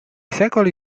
secoli